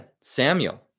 Samuel